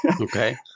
Okay